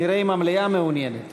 נראה אם המליאה מעוניינת.